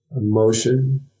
Emotion